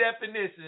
definition